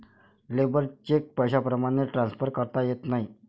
labour cheque पैशाप्रमाणे transfer करता येत नाही